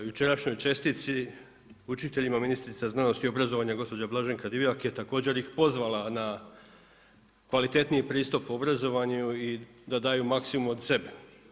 Jučerašnjoj čestitci učiteljima ministrica znanosti i obrazovanja gospođa Blaženka Divjak je također ih pozvala na kvalitetniji pristup obrazovanju i da daju maksimum od sebe.